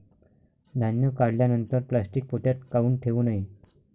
धान्य काढल्यानंतर प्लॅस्टीक पोत्यात काऊन ठेवू नये?